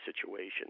situation